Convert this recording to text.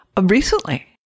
Recently